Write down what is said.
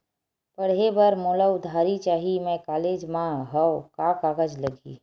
पढ़े बर मोला उधारी चाही मैं कॉलेज मा हव, का कागज लगही?